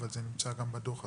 אבל זה נמצא גם בדוח עצמו,